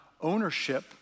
ownership